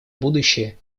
будущее